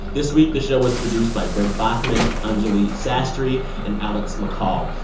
this week, the show was produced by brent baughman, anjuli sastry and alex mccall.